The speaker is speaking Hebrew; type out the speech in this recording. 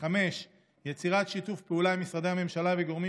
5. יצירת שיתוף פעולה עם משרדי הממשלה וגורמים